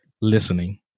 listening